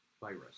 virus